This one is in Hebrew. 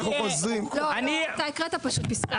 אנחנו חוזרים --- אתה פשוט הקראת פסקה.